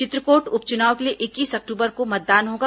चित्रकोट उप चुनाव के लिए इक्कीस अक्टूबर को मतदान होगा